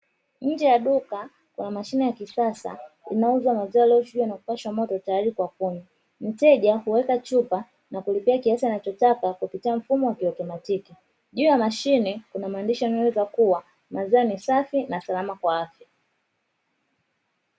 Nnje ya duka kuna mashine ya kisasa inayouza maziwa yaliyochujwa na kupashwa moto tayari kwa kunywa. Mteja huweka chupa na kulipia kiasi anachotaka juu ya mashine kuna maandishi yanayoeleza kuwa maziwa ni safi na salama kwa afya.